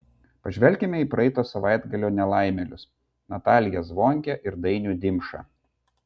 pažvelkime į praeito savaitgalio nelaimėlius nataliją zvonkę ir dainių dimšą